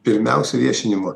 pirmiausia viešinimo